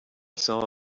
saw